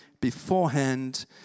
beforehand